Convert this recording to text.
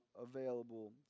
available